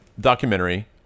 documentary